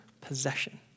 possession